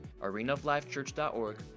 arenaoflifechurch.org